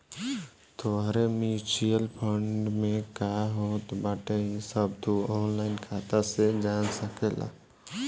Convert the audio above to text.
तोहरे mutual fund में का होत बाटे इ सब तू ऑनलाइन खाता से जान सकेला